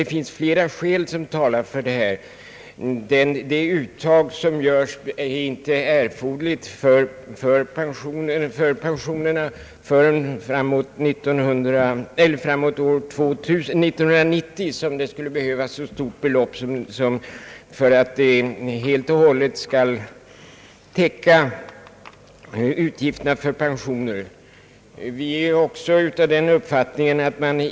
Det finns flera skäl som talar för det av oss framlagda förslaget. Inte förrän år 1990 behövs ett så stort belopp som det här skulle bli fråga om för att pensionsutgifterna helt och hållet skall täckas.